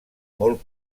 molt